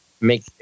make